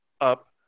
up